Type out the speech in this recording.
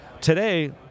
Today